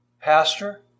pastor